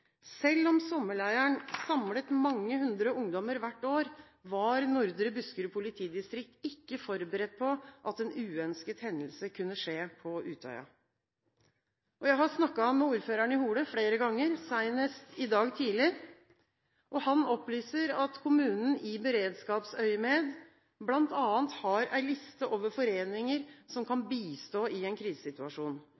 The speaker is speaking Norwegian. om sommerleiren samlet mange hundre ungdommer hvert år, var Nordre Buskerud politidistrikt ikke forberedt på at en uønsket hendelse kunne skje på Utøya.» Jeg har snakket med ordføreren i Hole flere ganger, senest i dag tidlig. Han opplyser at kommunen i beredskapsøyemed bl.a. har ei liste over foreninger som kan